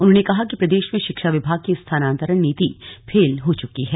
उन्होंने कहा कि प्रदेश में शिक्षा विभाग की स्थानांतरण नीति फेल हो चुकी है